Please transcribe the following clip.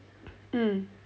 mm